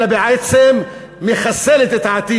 אלא גם מחסלת את העתיד,